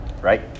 right